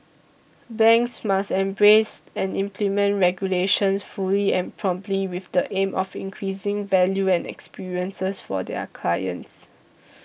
banks must embrace and implement regulations fully and promptly with the aim of increasing value and experiences for their clients